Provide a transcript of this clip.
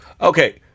Okay